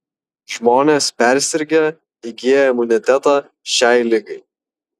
žmonės persirgę įgyja imunitetą šiai ligai